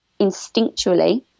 instinctually